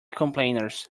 complainers